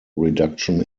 reduction